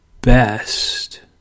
best